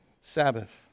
Sabbath